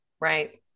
Right